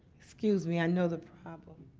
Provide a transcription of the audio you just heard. excuse me, i know the problem.